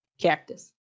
Cactus